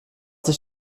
sich